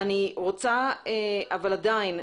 אבל עדיין,